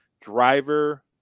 driver